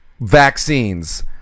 vaccines